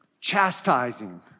chastising